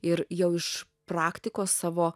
ir jau iš praktikos savo